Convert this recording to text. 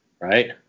right